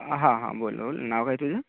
हां हां बोला बोल नाव काय तुझं